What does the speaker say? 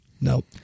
Nope